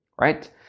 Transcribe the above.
right